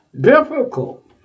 difficult